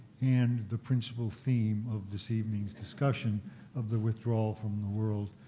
and the principal theme of this evening's discussion of the withdrawal from the world,